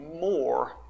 more